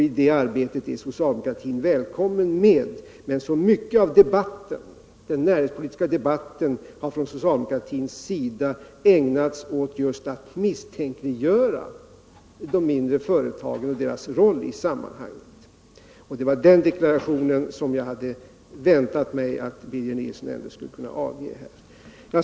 I det arbetet är socialdemokratin välkommen med, men socialdemokratin har ägnat så mycket av den näringspolitiska debatten just åt att misstänkliggöra de mindre företagen och deras roll i sammanhanget. Det var den deklarationen jag hade väntat att Birger Nilsson skulle avge.